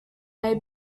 may